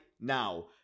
now